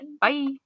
Bye